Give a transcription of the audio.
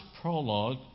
prologue